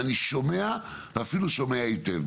אני שומע ואפילו שומע היטב.